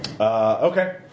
Okay